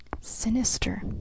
Sinister